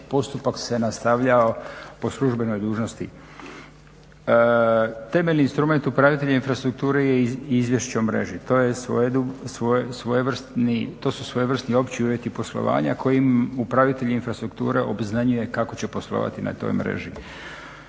postupak se nastavljao po službenoj dužnosti. Temeljni instrument upravitelja infrastrukture je izvješće o mreži. To su svojevrsni opći uvjeti poslovanja kojim upravitelji infrastrukture obznanjuje kako će poslovati na toj mreži.